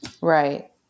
Right